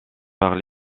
par